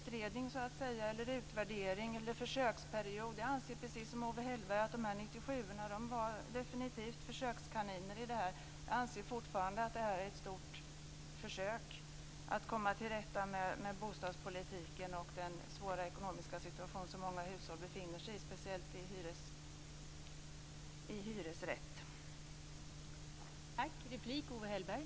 Precis som Owe Hellberg inser jag att de här 97:orna definitivt var försökskaniner i sammanhanget. Jag anser fortfarande att det här är ett stort försök att komma till rätta med bostadspolitiken och den svåra ekonomiska situation som många hushåll befinner sig i. Speciellt gäller det dem som har hyresrätt.